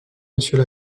monsieur